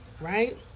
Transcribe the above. right